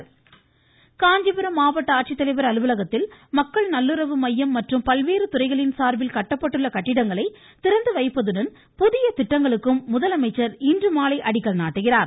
காஞ்சிபுரம் காஞ்சிபுரம் மாவட்ட ஆட்சித்தலைவர் அலுவலகத்தில் மக்கள் நல்லுறவு மையம் மற்றும் பல்வேறு துறைகளின் சார்பில் கட்டப்பட்டுள்ள கட்டிடங்களை திறந்து வைத்து பல்வேறு புதிய திட்டங்களுக்கு முதலமைச்சர் இன்றுமாலை அடிக்கல் நாட்டுகிறார்